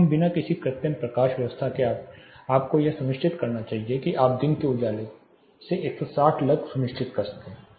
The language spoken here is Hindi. तो बिना किसी कृत्रिम प्रकाश व्यवस्था के आपको यह सुनिश्चित करना चाहिए कि आप दिन के उजाले से 160 लक्स सुनिश्चित कर सकें